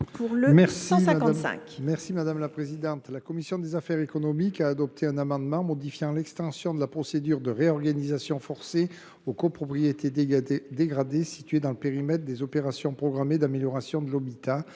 est à M. Bernard Buis. La commission des affaires économiques a adopté un amendement modifiant l’extension de la procédure de réorganisation forcée aux copropriétés dégradées situées dans le périmètre des opérations programmées d’amélioration de l’habitat